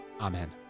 Amen